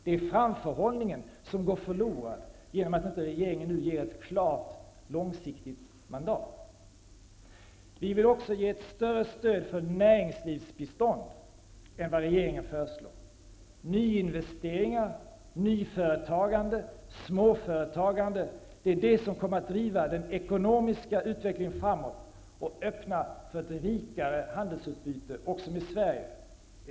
Det är framförhållningen som går förlorad genom att regeringen nu inte ger ett klart långsiktigt mandat. Vi vill också ge ett större stöd för näringslivsbistånd än vad regeringen föreslår. Nyinvesteringar, nyföretagande, småföretagande -- det är det som kommer att driva den ekonomiska utvecklingen framåt och öppna för ett rikare handelsutbyte också med Sverige.